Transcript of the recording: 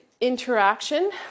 interaction